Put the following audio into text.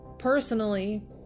Personally